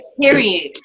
Period